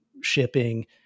shipping